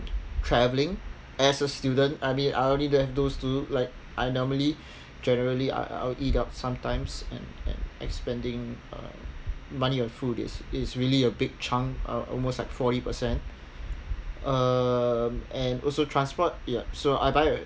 travelling as a student I mean I only that those two like I normally generally I I'll eat out sometimes and and uh spending money on food is is really a big chunk uh almost like forty percent um and also transport yup so I buy